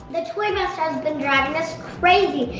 the toymaster has been driving us crazy!